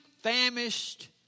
famished